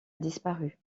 disparu